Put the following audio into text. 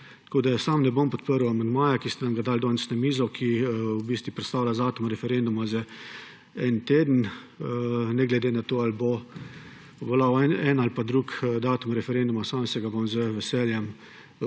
Tako sam ne bom podprl amandmaja, ki ste nam ga dali danes na mizo, ki v bistvu prestavlja datum referenduma za en teden. Ne glede na to, ali bo veljal en ali drug datum referenduma, sam se ga bom z veseljem